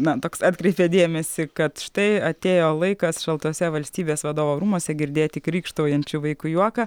na toks atkreipė dėmesį kad štai atėjo laikas šaltuose valstybės vadovo rūmuose girdėti krykštaujančių vaikų juoką